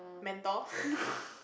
mentor